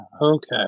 Okay